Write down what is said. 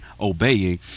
obeying